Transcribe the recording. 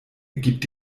ergibt